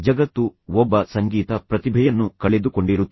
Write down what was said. ಜಗತ್ತು ಒಬ್ಬ ಸಂಗೀತ ಪ್ರತಿಭೆಯನ್ನು ಕಳೆದುಕೊಂಡಿರುತ್ತಿತ್ತು